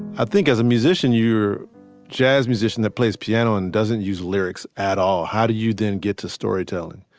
i think as a musician, you're a jazz musician that plays piano and doesn't use lyrics at all how do you then get to storytelling?